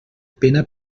pena